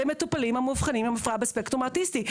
למטופלים המאובחנים עם הפרעה בספקטרום האוטיסטי.